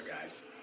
guys